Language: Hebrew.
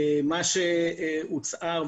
מה שהוצהר,